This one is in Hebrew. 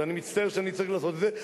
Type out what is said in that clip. ואני מצטער שאני צריך לעשות את זה,